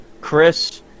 Chris